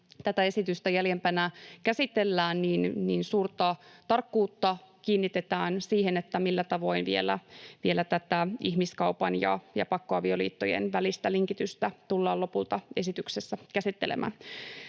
tätä esitystä jäljempänä käsitellään, niin suurta tarkkuutta kiinnitetään siihen, millä tavoin vielä tätä ihmiskaupan ja pakkoavioliittojen välistä linkitystä tullaan lopulta esityksessä käsittelemään.